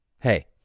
Hey